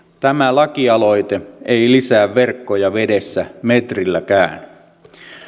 tämä lakialoite ei lisää verkkoja vedessä metrilläkään